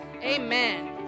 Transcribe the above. amen